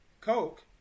Coke